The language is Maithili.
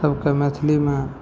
सबके मैथिलीमे